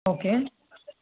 okay